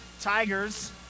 Tigers